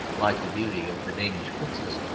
like the beauty of the danish princess,